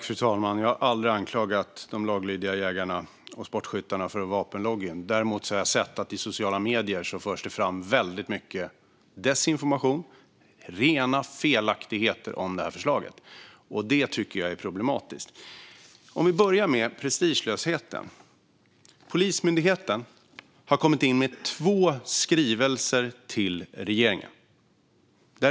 Fru talman! Jag har aldrig anklagat de laglydiga jägarna och sportskyttarna för att vara vapenlobby. Däremot har jag sett att det i sociala medier förs fram väldigt mycket desinformation och rena felaktigheter om förslaget. Det tycker jag är problematiskt. Låt mig börja med prestigelösheten. Polismyndigheten har kommit in med två skrivelser till regeringen.